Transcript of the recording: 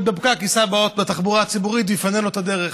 בפקק ייסע בתחבורה הציבורית ויפנה לו את הדרך.